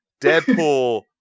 Deadpool